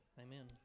Amen